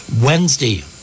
Wednesday